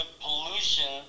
pollution